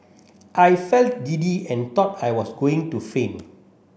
I felt giddy and thought I was going to faint